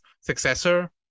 successor